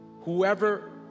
whoever